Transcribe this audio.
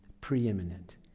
preeminent